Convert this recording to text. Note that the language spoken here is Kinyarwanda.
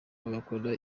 bagakora